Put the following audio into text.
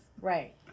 Right